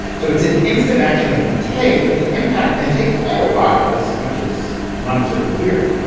so it's an instant action they can take. but the impact can take quite a while, as much as months or a year,